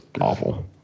awful